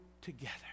together